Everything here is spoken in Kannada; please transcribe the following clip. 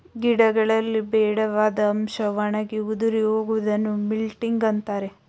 ಗಿಡಗಳಲ್ಲಿ ಬೇಡವಾದ ಅಂಶ ಒಣಗಿ ಉದುರಿ ಹೋಗುವುದನ್ನು ವಿಲ್ಟಿಂಗ್ ಅಂತರೆ